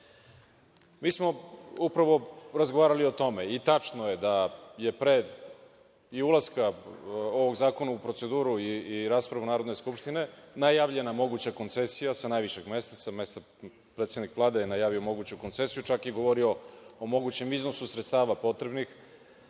Mi smo upravo razgovarali o tome i tačno je da je pre ulaska ovog zakona u proceduru i rasprave Narodne skupštine, najavljena moguća koncesija, sa najvišeg mesta, predsednik Vlade je najavio moguću koncesiju, čak je govorio o mogućem iznosu sredstava potrebnih. Govorili